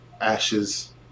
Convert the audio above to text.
Ashes